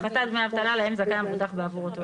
בהפחתת דמי האבטלה להם זכאי המבוטח בעבור אותו היום.